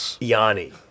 Yanni